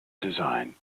design